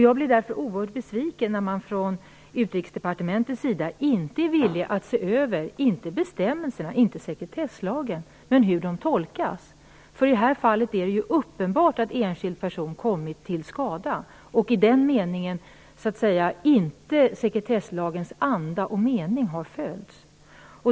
Jag blir därför oerhört besviken när man från Utrikesdepartementets sida inte är villig att se över, inte bestämmelserna, inte sekretesslagen, men hur de tolkas. I det här fallet är det ju uppenbart att enskild person har kommit till skada och att i den meningen sekretesslagens anda och mening inte har följts.